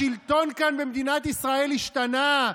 השלטון כאן במדינת ישראל השתנה,